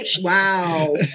Wow